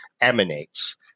emanates